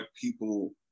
people